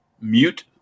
mute